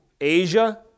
Asia